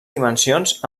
dimensions